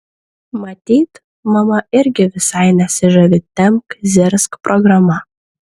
matyt mama irgi visai nesižavi tempk zirzk programa